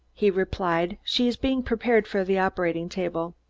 he replied. she is being prepared for the operating table.